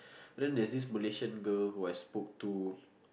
then there's this Malaysian girl who I spoke to